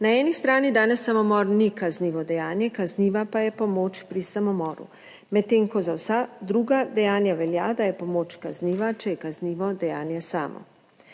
Na eni strani danes samomor ni kaznivo dejanje, kazniva pa je pomoč pri samomoru, medtem ko za vsa druga dejanja velja, da je pomoč kazniva, če je kaznivo dejanje samo.